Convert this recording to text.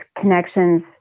connections